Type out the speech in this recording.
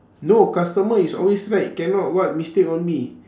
no customer is always right cannot what mistake on me